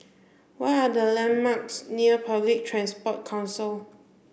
what are the landmarks near Public Transport Council